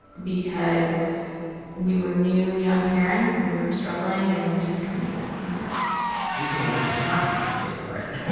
because we were new young parents and we were struggling and we just couldn't make that payment. so you're saying that's not how i should pay for it?